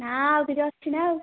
ନାଁ ଆଉ କିଛି ଅଛି ନା ଆଉ